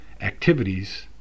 activities